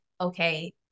okay